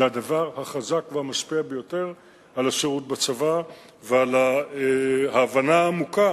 זה הדבר החזק והמשפיע ביותר על השירות בצבא ועל ההבנה העמוקה